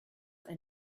ein